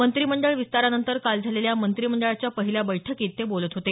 मंत्रिमंडळ विस्तारानंतर काल झालेल्या मंत्रिमंडळाच्या पहिल्या बैठकीत ते बोलत होते